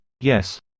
yes